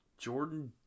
Jordan